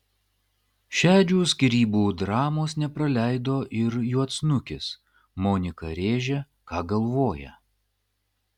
šedžių skyrybų dramos nepraleido ir juodsnukis monika rėžė ką galvoja